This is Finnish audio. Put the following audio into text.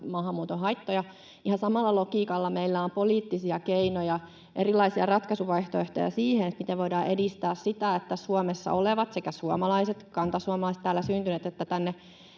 maahanmuuton haittoja. Ihan samalla logiikalla meillä on poliittisia keinoja, erilaisia ratkaisuvaihtoehtoja siihen, miten voidaan edistää sitä, että sekä Suomessa olevat suomalaiset — kantasuomalaiset, täällä syntyneet — että tänne